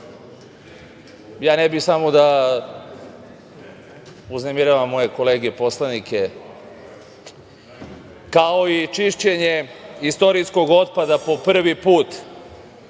ne bih samo da uznemiravam moje kolege poslanike, kao i čišćenje istorijskog otpada prvi put